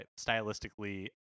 stylistically